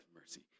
mercy